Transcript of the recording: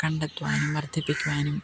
കണ്ടെത്തുവാനും വർദ്ധിപ്പിക്കുവാനും